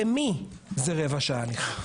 למי זה רבע שעה הליכה?